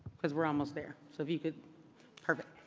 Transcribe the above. because we're almost there. so if you could perfect.